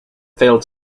failed